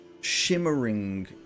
shimmering